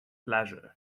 leisure